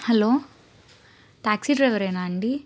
hello taxi డ్రైవరేనా అండి